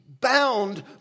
bound